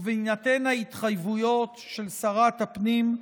ובהינתן ההתחייבויות של שרת הפנים,